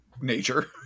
nature